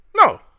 No